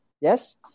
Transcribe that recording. Yes